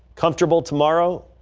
comfortable tomorrow.